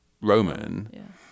Roman